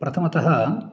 प्रथमतः